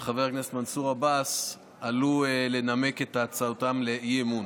וחבר הכנסת מנסור עבאס עלו לנמק את הצעתם לאי-אמון,